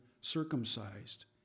circumcised